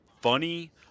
funny